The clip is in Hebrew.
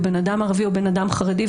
או בן אדם ערבי או בן אדם חרדי,